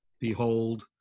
behold